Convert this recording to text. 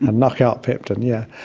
um knockout peptin, yeah.